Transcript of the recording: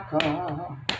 come